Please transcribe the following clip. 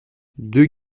deux